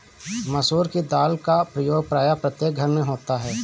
मसूर की दाल का प्रयोग प्रायः प्रत्येक घर में होता है